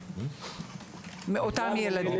מאותם ילדים?